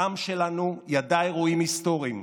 העם שלנו ידע אירועים היסטוריים.